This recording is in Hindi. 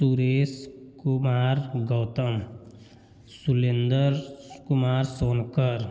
सुरेश कुमार गौतम सुलेंदर कुमार सोनकर